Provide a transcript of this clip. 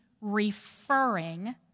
referring